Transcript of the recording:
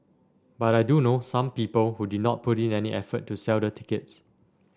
but I do know some people who did not put in any effort to sell the tickets